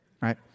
right